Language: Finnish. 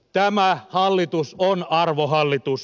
tämä hallitus on arvohallitus